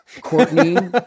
Courtney